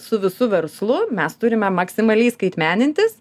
su visu verslu mes turime maksimaliai skaitmenintis